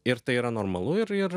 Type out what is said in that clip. ir tai yra normalu ir ir